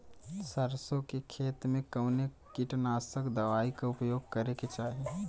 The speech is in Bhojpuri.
सरसों के खेत में कवने कीटनाशक दवाई क उपयोग करे के चाही?